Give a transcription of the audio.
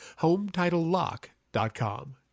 HomeTitleLock.com